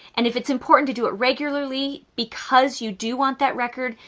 and if it's important to do it regularly because you do want that record,